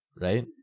right